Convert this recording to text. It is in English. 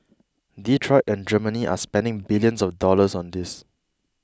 Detroit and Germany are spending billions of dollars on this